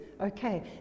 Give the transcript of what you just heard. Okay